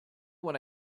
when